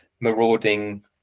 marauding